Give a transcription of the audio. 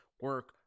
Work